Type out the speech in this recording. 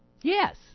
Yes